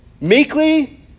Meekly